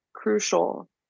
crucial